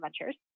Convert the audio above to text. Ventures